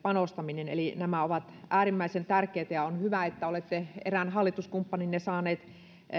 panostaminen eli nämä ovat äärimmäisen tärkeitä ja on hyvä että olette erään hallituskumppaninne pään saaneet